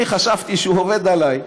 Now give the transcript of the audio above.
אני חשבתי שהוא עובד עלי,